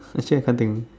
actually I can't think